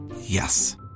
Yes